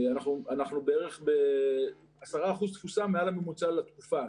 אנחנו בערך ב-10% תפוסה מעל לממוצע לתקופה.